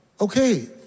okay